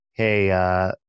hey